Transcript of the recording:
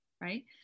right